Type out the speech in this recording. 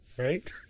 Right